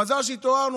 מזל שהתעוררנו.